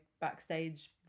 backstage